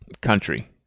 country